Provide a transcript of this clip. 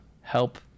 help